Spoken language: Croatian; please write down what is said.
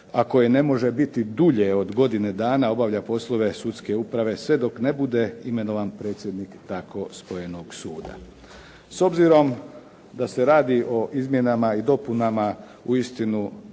koje ne može biti dulje od godine dana obavlja poslove sudske uprave, sve dok ne bude imenovan predsjednik tako spojenog suda. S obzirom da se radi o izmjenama i dopunama uistinu